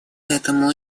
этому